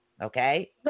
Okay